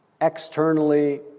externally